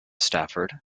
stafford